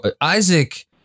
Isaac